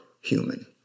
human